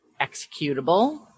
executable